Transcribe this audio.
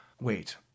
wait